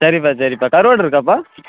சரிப்பா சரிப்பா கருவாடு இருக்காப்பா